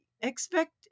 expect